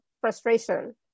frustration